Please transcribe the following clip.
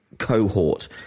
cohort